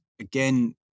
again